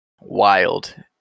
wild